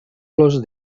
los